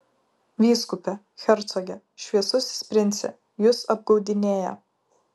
vyskupe hercoge šviesusis prince jus apgaudinėja